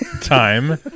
time